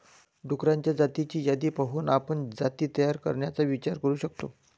डुक्करांच्या जातींची यादी पाहून आपण जाती तयार करण्याचा विचार करू शकतो